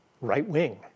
right-wing